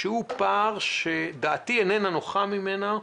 שהוא פער שדעתי איננה נוחה ממנו.